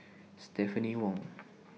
Stephanie Wong